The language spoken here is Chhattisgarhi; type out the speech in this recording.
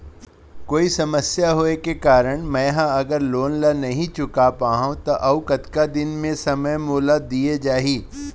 कोई समस्या होये के कारण मैं हा अगर लोन ला नही चुका पाहव त अऊ कतका दिन में समय मोल दीये जाही?